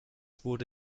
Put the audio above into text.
wurde